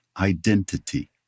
identity